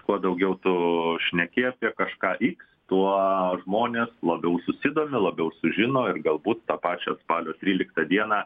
kuo daugiau tu šneki apie kažką x tuo žmonės labiau susidomi labiau sužino ir galbūt tą pačią spalio tryliktą dieną